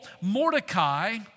Mordecai